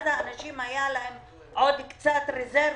אז לאנשים היו עוד קצת רזרבות.